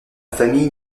famille